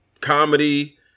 Comedy